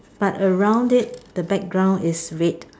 but around it the background is red